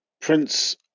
Prince